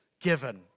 given